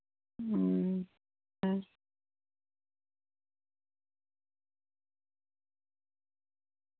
ᱦᱩᱸ